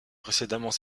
précédemment